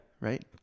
Right